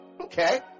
Okay